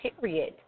period